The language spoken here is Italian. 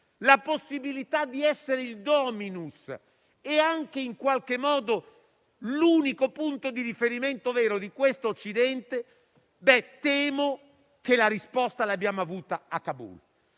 la possibilità di essere il *dominus* e anche in qualche modo l'unico punto di riferimento vero di questo Occidente, temo che la risposta l'abbiamo avuta a Kabul.